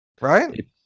Right